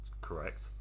correct